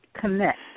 Connect